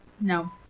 No